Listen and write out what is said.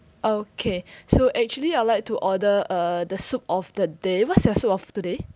okay so actually I would like to order uh the soup of the day what's your soup of today